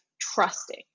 trusting